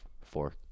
four